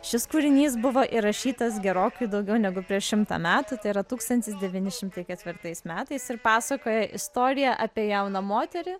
šis kūrinys buvo įrašytas gerokai daugiau negu prieš šimtą metų tai yra tūkstantis devyni šimtai ketvirtais metais ir pasakoja istoriją apie jauną moterį